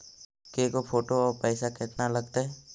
के गो फोटो औ पैसा केतना लगतै?